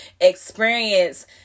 experience